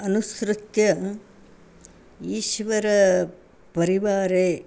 अनुसृत्य ईश्वरपरिवारे